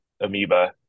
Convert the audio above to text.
amoeba